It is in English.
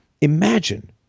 imagine